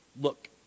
Look